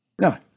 No